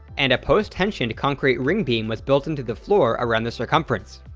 and a post-tensioned concrete ring beam was built into the floor around the circumference.